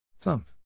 Thump